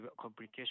complication